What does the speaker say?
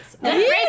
Great